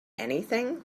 anything